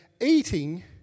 eating